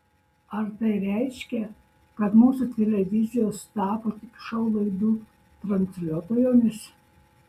ar tai reiškia kad mūsų televizijos tapo tik šou laidų transliuotojomis